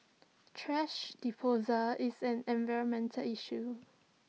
thrash disposal is an environmental issue